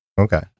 Okay